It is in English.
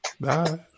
bye